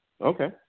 Okay